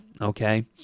Okay